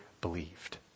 believed